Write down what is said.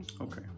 Okay